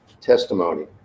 testimony